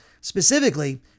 specifically